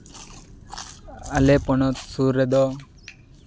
ᱟᱞᱮ ᱯᱚᱱᱚᱛ ᱥᱩᱨ ᱨᱮᱫᱚ